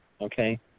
Okay